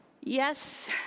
Yes